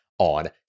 on